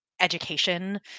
education